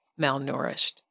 malnourished